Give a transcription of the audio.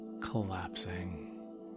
collapsing